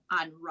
on